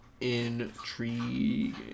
Intrigue